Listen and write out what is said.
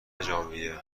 ژانویه